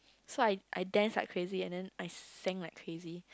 so I I dance like crazy and then I sang like crazy